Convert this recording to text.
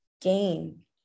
gain